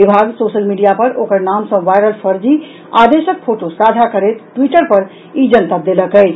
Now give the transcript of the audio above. विभाग social media पर ओकर नाम सॅ वायरल फर्जी आदेशक फोटो साझा करैत टिवटर पर ई जनतब देलक अछि